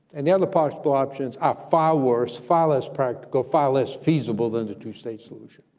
and the other possible options are far worse, far less practical, far less feasible than the two state solution.